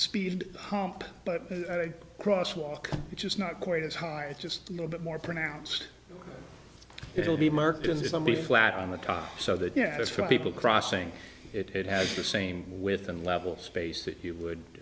speed hump but the cross walk which is not quite as high is just a little bit more pronounced it will be marked in somebody's flat on the top so that yes for people crossing it has the same with and level space that you would